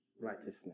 righteousness